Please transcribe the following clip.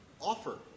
offer